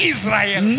Israel